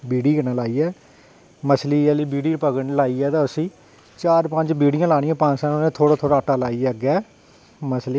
बीड़ी कन्नै लाइयै मछली आह्ली बीड़ी लाइयै ते उसी चार पंज बीड़ियां लानियां ते थोह्ड़ा आटा लाइयै उसी मछली